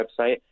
website